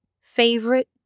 favorite